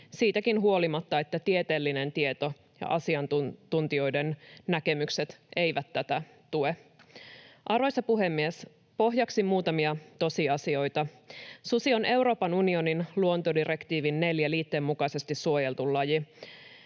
siitäkin huolimatta, että tieteellinen tieto ja asiantuntijoiden näkemykset eivät tätä tue. Arvoisa puhemies! Pohjaksi muutamia tosiasioita: Susi on Euroopan unionin luontodirektiivin liitteen IV mukaisesti suojeltu laji.